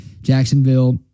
jacksonville